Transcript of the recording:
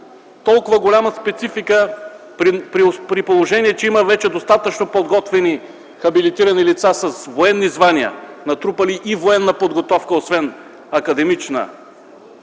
толкова голяма специфика, при положение че вече има достатъчно подготвени хабилитирани лица с военни звания, натрупали и военна, освен академична